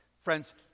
Friends